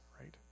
right